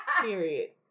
Period